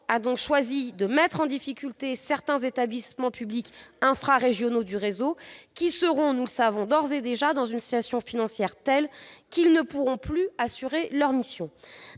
a choisi de mettre en difficulté certains établissements publics infrarégionaux du réseau, qui seront dans une situation financière telle qu'ils ne pourront plus assurer leurs missions.